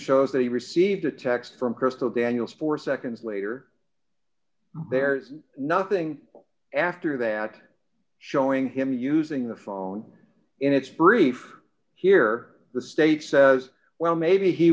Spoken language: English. shows that he received a text from crystal daniels four seconds later there's nothing after that showing him using the phone in its brief here the state says well maybe he